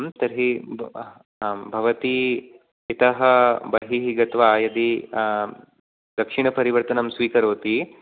तर्हि आम् भवती इतः बहिः गत्वा यदि दक्षिणपरिवर्तनं स्वीकरोति